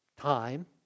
time